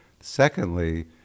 Secondly